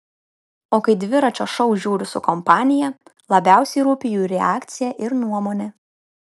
o kai dviračio šou žiūriu su kompanija labiausiai rūpi jų reakcija ir nuomonė